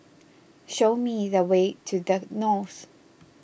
show me the way to the Knolls